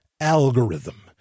algorithm